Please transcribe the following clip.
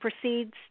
proceeds